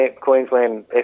Queensland